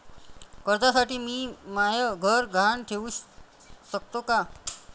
कर्जसाठी मी म्हाय घर गहान ठेवू सकतो का